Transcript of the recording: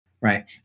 Right